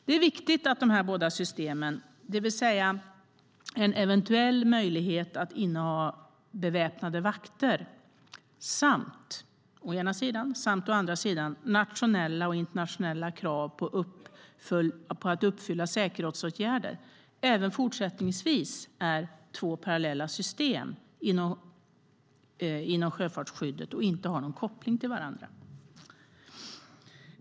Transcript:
Det är viktigt att de båda systemen, det vill säga å ena sidan en eventuell möjlighet att inneha beväpnade vakter samt å andra sidan nationella och internationella krav på säkerhetsåtgärder, även fortsättningsvis är två parallella system inom sjöfartsskyddet utan koppling till varandra.